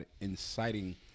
inciting